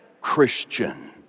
Christian